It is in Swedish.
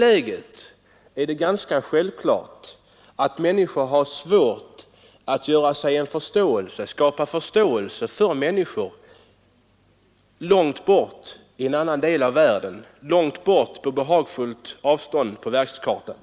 Därför är det svårt att skapa förståelse för de lidanden som drabbar människor långt borta, på behagligt avstånd på världskartan.